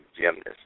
gymnast